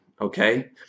Okay